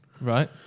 Right